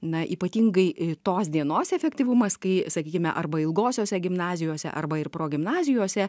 na ypatingai tos dienos efektyvumas kai sakykime arba ilgosiose gimnazijose arba ir progimnazijose